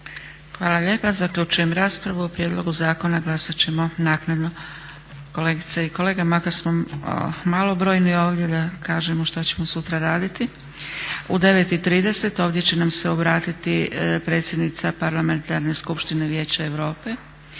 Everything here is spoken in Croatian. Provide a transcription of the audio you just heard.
Hvala lijepa. Zaključujem raspravu. O prijedlogu zakona glasat ćemo naknadno. Kolegice i kolege makar smo malobrojni ovdje da kažemo što ćemo sutra raditi. U 9,30 ovdje će nam se obratiti predsjednica Parlamentarne skupštine Vijeća Europe,